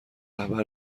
رهبر